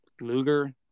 Luger